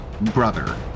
brother